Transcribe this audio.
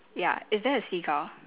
ya is that a seagull